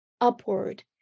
upward